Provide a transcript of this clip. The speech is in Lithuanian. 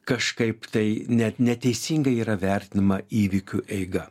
kažkaip tai net neteisingai yra vertinama įvykių eiga